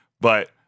but-